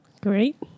Great